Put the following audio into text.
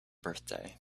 birthday